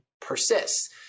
persists